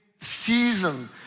season